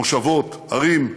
מושבות, ערים,